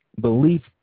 Belief